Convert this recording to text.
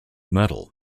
metal